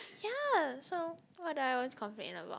ya so what I always complain about